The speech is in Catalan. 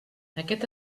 aquest